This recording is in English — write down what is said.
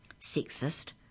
Sexist